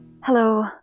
Hello